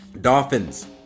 Dolphins